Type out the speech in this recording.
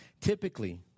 Typically